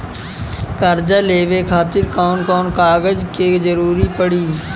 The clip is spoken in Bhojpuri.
कर्जा लेवे खातिर कौन कौन कागज के जरूरी पड़ी?